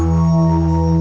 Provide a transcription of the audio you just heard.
no